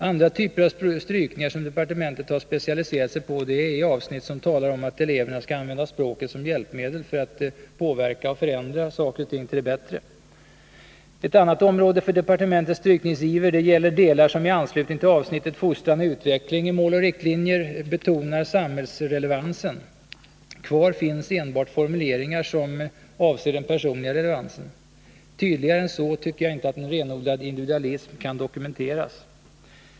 Andra typer av strykningar som departementet har specialiserat sig på är i avsnitt som talar om att eleverna skall använda språket som hjälpmedel för att påverka och förändra saker och ting till det bättre. Ett annat område för departementets strykningsiver gäller delar som i anslutning till avsnittet Fostran och utveckling i Mål och riktlinjer betonar samhällsrelevansen. Kvar finns enbart formuleringar som avser den personliga relevansen. Tydligare än så kan inte en renodlad individualism dokumenteras.